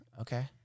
Okay